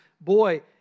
Boy